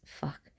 fuck